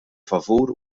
favur